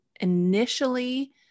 initially